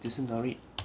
只是 narrate